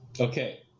Okay